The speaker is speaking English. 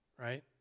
right